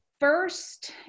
first